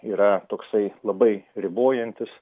yra toksai labai ribojantis